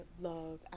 love